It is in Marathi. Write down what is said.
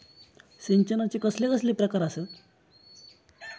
सिंचनाचे कसले कसले प्रकार आसत?